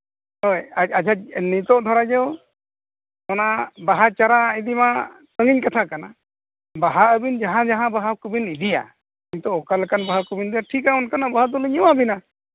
ᱦᱳᱭ ᱟᱪᱪᱷᱟ ᱟᱪᱪᱷᱟ ᱱᱤᱛᱚᱜ ᱫᱷᱟᱨᱟ ᱧᱚᱜ ᱚᱱᱟ ᱵᱟᱦᱟ ᱪᱟᱨᱟ ᱤᱫᱤᱢᱟ ᱥᱟᱹᱜᱤᱧ ᱠᱟᱛᱷᱟ ᱠᱟᱱᱟ ᱵᱟᱦᱟ ᱟᱹᱵᱤᱱ ᱡᱟᱦᱟᱸ ᱡᱟᱦᱟᱸ ᱵᱟᱦᱟ ᱠᱚᱵᱤᱱ ᱤᱫᱤᱭᱟ ᱱᱤᱛᱚᱜ ᱚᱠᱟ ᱞᱮᱠᱟᱱ ᱵᱟᱦᱟ ᱠᱚᱵᱤᱱ ᱤᱫᱤᱭᱟ ᱴᱷᱤᱠ ᱜᱮᱭᱟ ᱚᱱᱠᱟᱱᱟᱜ ᱵᱟᱦᱟ ᱫᱚᱞᱤᱧ ᱮᱢᱟ ᱵᱤᱱᱟ